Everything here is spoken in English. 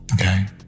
Okay